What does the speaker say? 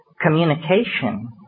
communication